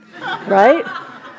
Right